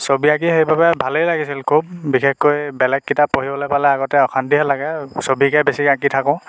ছবি আঁকি সেই বাবে ভালে লাগিছিল খুব বিশেষকৈ বেলেগ কিতাপ পঢ়িবলৈ পালে আগতে অশান্তিহে লাগে ছবিকে বেছিকৈ আঁকি থাকোঁ